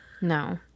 No